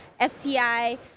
FTI